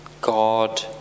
God